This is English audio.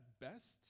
best